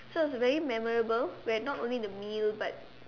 so it was very memorable where not only the meal but